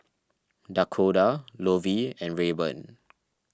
Dakoda Lovie and Rayburn